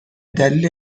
دلیل